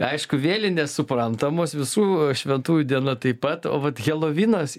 aišku vėlinės suprantamos visų šventųjų diena taip pat o vat helovynas